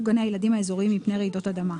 גני הילדים האזוריים מפני רעידות אדמה'.